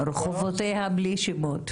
רחובותיה בלי שמות.